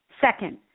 second